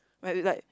might be like